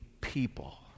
people